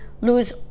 lose